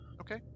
Okay